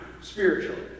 spiritually